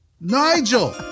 Nigel